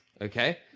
Okay